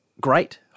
great